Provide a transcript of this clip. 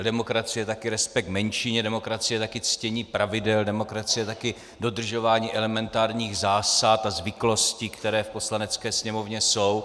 A demokracie je také respekt k menšině, demokracie je také ctění pravidel, demokracie je také dodržování elementárních zásad a zvyklostí, které v Poslanecké sněmovně jsou.